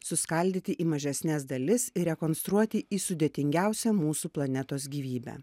suskaldyti į mažesnes dalis ir rekonstruoti į sudėtingiausią mūsų planetos gyvybę